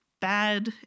bad